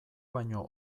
baino